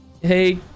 hey